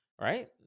right